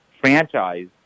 franchise